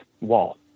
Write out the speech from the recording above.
wall